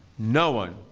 no one,